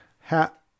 hat